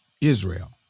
Israel